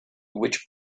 which